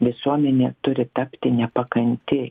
visuomenė turi tapti nepakanti